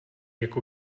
jako